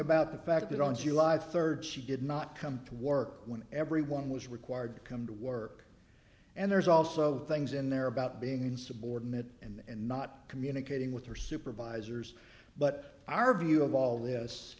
about the fact that on july third she did not come to work when everyone was required to come to work and there's also things in there about being insubordinate and not communicating with her supervisors but our view of all this